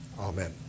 Amen